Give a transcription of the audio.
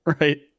right